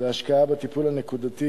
ובהשקעה בטיפול הנקודתי